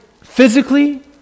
physically